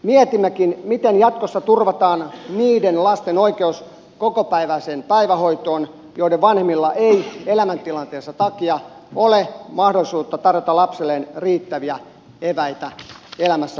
mietimmekin miten jatkossa turvataan niiden lasten oikeus kokopäiväiseen päivähoitoon joiden vanhemmilla ei elämäntilanteensa takia ole mahdollisuutta tarjota lapselleen riittäviä eväitä elämässä pärjäämiseen